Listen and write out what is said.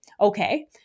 Okay